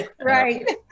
Right